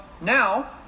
now